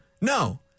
No